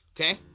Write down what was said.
Okay